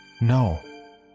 No